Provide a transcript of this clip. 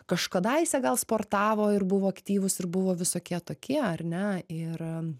kažkadaise gal sportavo ir buvo aktyvūs ir buvo visokie tokie ar ne ir